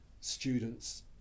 students